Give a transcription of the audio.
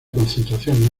concentración